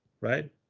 right